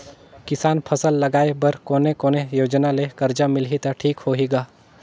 किसान फसल लगाय बर कोने कोने योजना ले कर्जा लिही त ठीक होही ग?